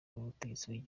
w’ubutegetsi